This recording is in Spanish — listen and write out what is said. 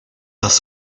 las